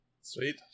Sweet